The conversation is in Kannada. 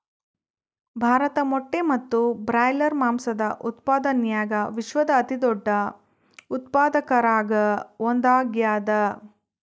ಭಾರತ ಮೊಟ್ಟೆ ಮತ್ತು ಬ್ರಾಯ್ಲರ್ ಮಾಂಸದ ಉತ್ಪಾದನ್ಯಾಗ ವಿಶ್ವದ ಅತಿದೊಡ್ಡ ಉತ್ಪಾದಕರಾಗ ಒಂದಾಗ್ಯಾದ